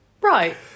Right